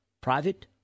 Private